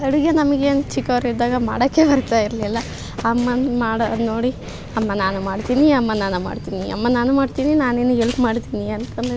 ಅಡುಗೆ ನಮಗೇನು ಚಿಕ್ಕವರಿದ್ದಾಗ ಮಾಡಕ್ಕೆ ಬರ್ತಾ ಇರಲಿಲ್ಲ ಅಮ್ಮನು ಮಾಡೋದು ನೋಡಿ ಅಮ್ಮ ನಾನು ಮಾಡ್ತೀನಿ ಅಮ್ಮ ನಾನು ಮಾಡ್ತೀನಿ ಅಮ್ಮ ನಾನು ಮಾಡ್ತೀನಿ ನಾನು ನಿನಗೆ ಹೆಲ್ಪ್ ಮಾಡ್ತೀನಿ ಅಂತಂದು